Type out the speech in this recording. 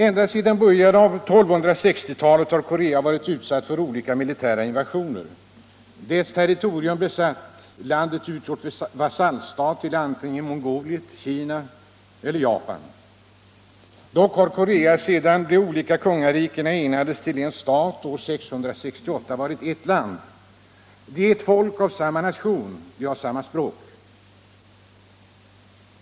Ända sedan början av 1260-talet har Korea vårit utsatt för olika militära invasioner och dess territorium varit besatt, varvid landet utgjort vasallstat till Mongoliet, Kina eller Japan. Dock har Korea sedan de olika kungarikena enades till en stat år 668 varit ett land. Det är ett enda folk av samma nation. Det har samma språk.